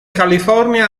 california